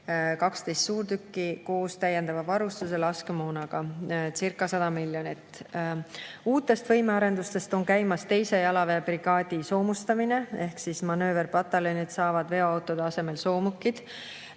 suurtükki koos täiendava varustuse ja laskemoonaga [lähevad maksma]circa100 miljonit. Uutest võimearendustest on käimas teise jalaväebrigaadi soomustamine ehk manööverpataljonid saavad veoautode asemel soomukid.